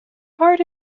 heart